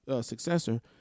successor